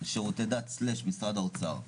לשירותי דת / משרד האוצר,